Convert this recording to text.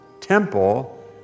temple